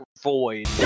void